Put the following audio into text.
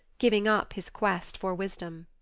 giving up his quest for wisdom.